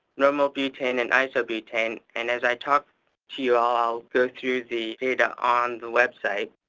normal butane, and isobutene, and as i talk to you all i'll go through the data on the website.